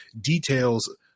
details